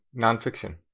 nonfiction